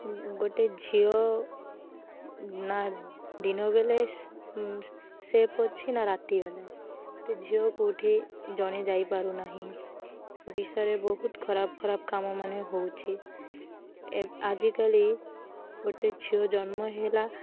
ଗୋଟେ ଝିଅ ନା ଦିନବେଳେ ସେଫ୍ ଅଛି ନା ରାତି ବେଳେ ଗୋଟେ ଝିଅ କେଉଁଠି ଜଣେ ଯାଇପାରୁନାହିଁ ଓଡ଼ିଶାରେ ବହୁତ ଖରାପ ଖରାପ କାମ ମାନ ହେଉଛେ ଆଜିକାଲି ଗୋଟେ ଝିଅ ଜନ୍ମ ହେଲା